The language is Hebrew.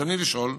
רצוני לשאול: